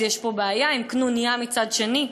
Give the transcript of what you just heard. אז יש פה בעיה עם קנוניה מצד שני.